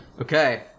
Okay